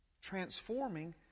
transforming